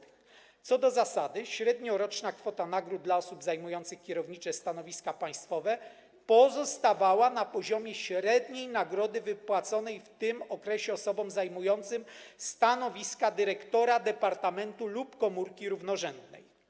Jeśli chodzi o zasadę, to średnioroczna kwota nagród dla osób zajmujących kierownicze stanowiska państwowe pozostawała na poziomie średniej nagrody wypłaconej w tym okresie osobom zajmującym stanowiska dyrektora departamentu lub komórki równorzędnej.